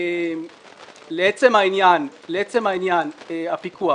לעצם עניין הפיקוח